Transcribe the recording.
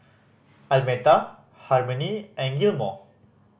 Almeta Harmony and Gilmore